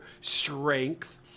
strength